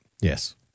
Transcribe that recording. Yes